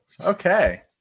Okay